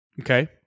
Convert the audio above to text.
Okay